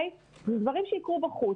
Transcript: דברים שיקרו בחוץ,